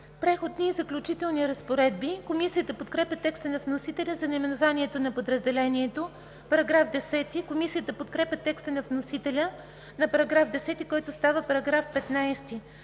„Преходни и заключителни разпоредби“. Комисията подкрепя текста на вносителя за наименованието на подразделението. Комисията подкрепя текста на вносителя на § 10, който става § 15.